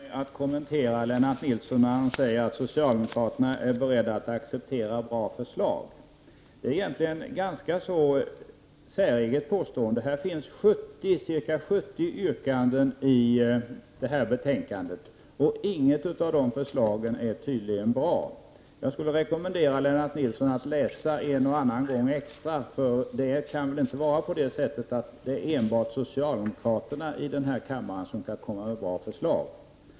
Fru talman! Jag börjar med att kommentera Lennart Nilssons egentligen ganska så säregna påstående att socialdemokraterna är beredda att acceptera bra förslag. Till detta betänkande finns ca 70 yrkanden, och inget av dessa förslag är tydligen bra. Jag rekommenderar Lennart Nilsson att läsa dessa yrkanden ytterligare en gång. Det kan väl inte vara så, att det enbart är socialdemokraterna i denna kammare som kan komma med bra förslag.